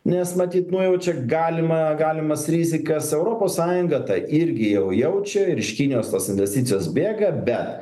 nes matyt nujaučia galimą galimas rizikas europos sąjunga tą irgi jau jaučia ir iš kinijos tos investicijos bėga be